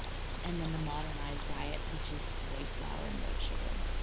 and then the modernized diet which is white flour and white sugar.